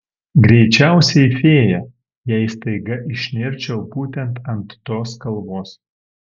greičiausiai fėja jei staiga išnirčiau būtent ant tos kalvos